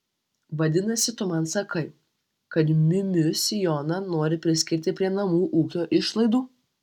vadinasi tu man sakai kad miu miu sijoną nori priskirti prie namų ūkio išlaidų